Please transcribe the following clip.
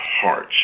hearts